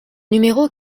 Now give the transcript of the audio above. numéro